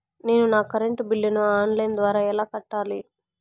నేను నా కరెంటు బిల్లును ఆన్ లైను ద్వారా ఎలా కట్టాలి?